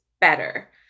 better